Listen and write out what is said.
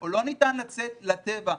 או לא ניתן לצאת לטבע,